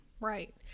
right